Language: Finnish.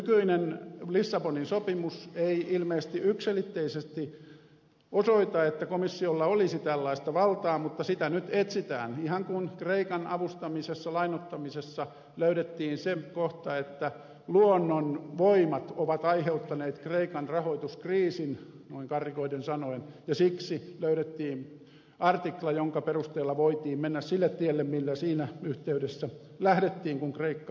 nykyinen lissabonin sopimus ei ilmeisesti yksiselitteisesti osoita että komissiolla olisi tällaista valtaa mutta sitä nyt etsitään ihan niin kuin kreikan avustamisessa lainoittamisessa löydettiin se kohta että luonnonvoimat ovat aiheuttaneet kreikan rahoituskriisin noin karrikoiden sanoen ja siksi löydettiin artikla jonka perusteella voitiin mennä sille tielle mille siinä yhteydessä lähdettiin kun kreikka ahtaalle ajettiin